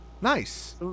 Nice